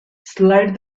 slide